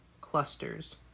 clusters